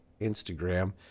Instagram